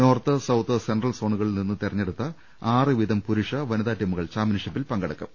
north south central സോണുകളിൽനിന്നും തിരഞ്ഞെടുത്ത ആറ് വീതം പുരുഷ വനിതാ ടീമുകൾ ചാമ്പൃൻഷിപ്പിൽ പങ്കെടുക്കും